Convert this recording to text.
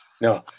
no